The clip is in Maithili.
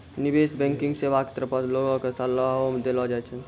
निबेश बैंकिग सेबा के तरफो से लोगो के सलाहो देलो जाय छै